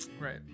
Right